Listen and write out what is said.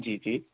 جی جی